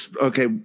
okay